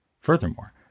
Furthermore